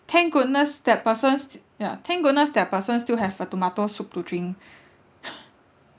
thank goodness that person st~ ya thank goodness that person still have a tomato soup to drink